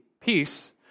peace